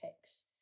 picks